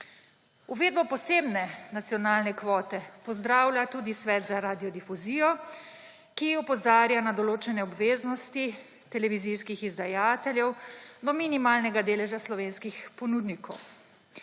Uvedbo posebne nacionalne kvote pozdravlja tudi Svet za radiodifuzijo, ki opozarja na določene obveznosti televizijskih izdajateljev do minimalnega deleža slovenskih ponudnikov.